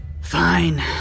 Fine